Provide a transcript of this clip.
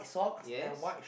yes